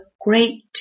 great